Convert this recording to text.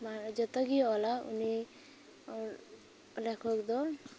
ᱡᱚᱛᱚ ᱜᱮᱭ ᱚᱞᱟ ᱩᱱᱤ ᱞᱮᱠᱷᱚᱠ ᱫᱚ